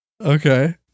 Okay